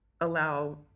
allow